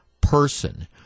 person